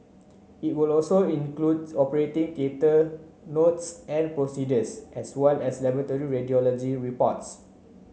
it will also include operating notes and procedures as well as laboratory and radiology reports